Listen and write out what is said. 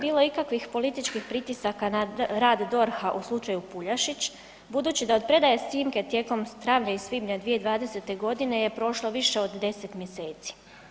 Da li je bilo ikakvih političkih pritisaka na rad DORH-a u slučaju Puljašić budući da od predaje snimke tijekom travnja i svibnja 2020. g. je prošlo više od 10 mjeseci.